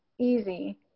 easy